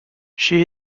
she